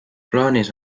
plaanis